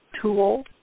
tool